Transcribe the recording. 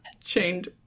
chained